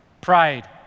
Pride